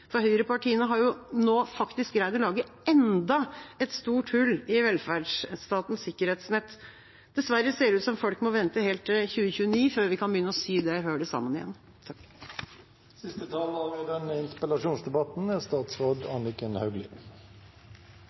Høyrepartiene har jo nå faktisk greid å lage enda et stort hull i velferdsstatens sikkerhetsnett. Dessverre ser det ut som om folk må vente helt til 2029 før vi kan begynne å sy det hullet sammen igjen.